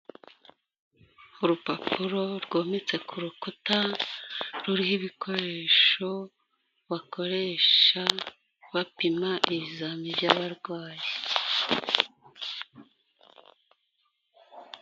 Urupapuro rwometse ku rukuta, ruho ibikoresho, bakoresha, bapima ibizamini by'abarwayi.